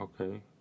Okay